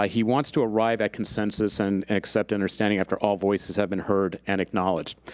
ah he wants to arrive at consensus and accept understanding after all voices have been heard and acknowledged.